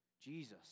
Jesus